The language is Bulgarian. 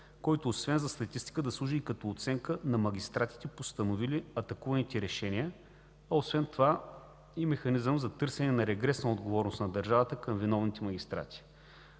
който освен за статистика, да служи и като оценка на магистратите, постановили атакуваните решения, а освен това и механизъм за търсене на регресна отговорност на държавата към виновните магистрати?